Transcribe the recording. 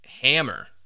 hammer